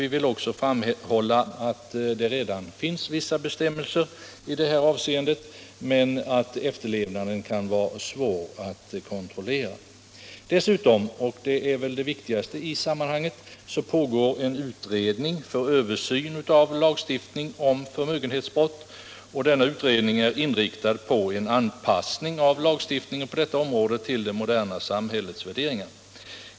Vi vill emellertid framhålla att vissa bestämmelser redan finns men att det kan vara svårt att kontrollera efterlevnaden. Dessutom — och det är väl det viktigaste i sammanhanget — pågår en utredning för översyn av lagstiftningen om förmögenhetsbrott. Denna utredning är inriktad på en anpassning av lagstiftningen på detta område till det moderna samhällets värderingar.